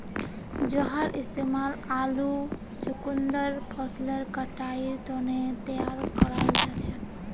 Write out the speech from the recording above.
जहार इस्तेमाल आलू चुकंदर फसलेर कटाईर तने तैयार कराल जाछेक